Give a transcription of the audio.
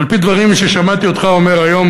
על-פי דברים ששמעתי אותך אומר היום,